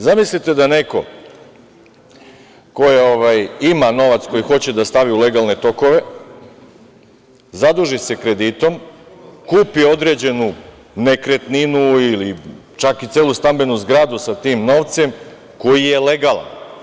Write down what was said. Zamislite da neko ko ima novac, koji hoće da stavi u legalne tokove, zaduži se kreditom, kupi određenu nekretninu ili čak i celu stambenu zgradu sa tim novcem, koji je legalan.